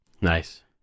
nice